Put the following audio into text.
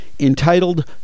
Entitled